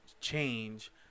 change